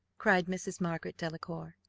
cried mrs. margaret delacour,